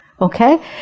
okay